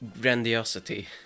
grandiosity